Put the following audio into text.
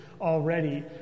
already